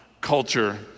culture